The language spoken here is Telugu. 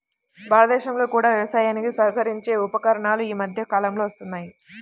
భారతదేశంలో కూడా వ్యవసాయానికి సహకరించే ఉపకరణాలు ఈ మధ్య కాలంలో వస్తున్నాయి